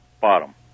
bottom